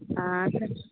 हँ तऽ